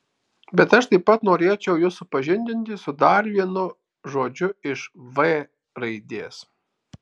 bet aš taip pat norėčiau jus supažindinti su dar vienu žodžiu iš v raidės